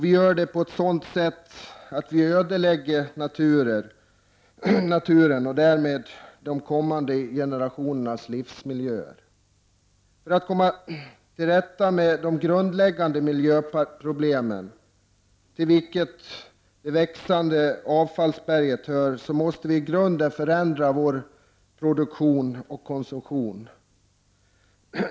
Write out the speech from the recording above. Vi gör det på ett sådant sätt att vi ödelägger naturen och därmed de kommande generationernas livsmiljöer. För att komma till rätta med de grundläggande miljöproblemen, till vilka det växande avfallsberget hör, måste vi i grunden förändra vår produktion och konsumtion.